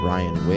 Ryan